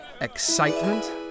excitement